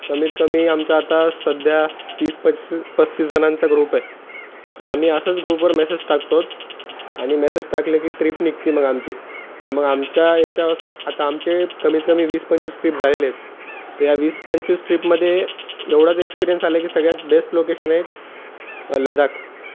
कमीतकमी आमच्या आता सध्या तीस पस्स पस्तीस जणांचा ग्रुप आहे तर आम्ही असंच ग्रुपवर मेसेज टाकतोत आणि मेसेज टाकले की ट्रिप निघते मग आमची तर मग आमच्या याच्या आता आमचे कमीतकमी वीस पंचवीस ट्रिप झालेले आहेत तर या वीस पंचवीस ट्रिपमध्ये एवढाच एक्सपिरियन्स आला की सगळ्यात बेस्ट लोकेशन आहे लदाख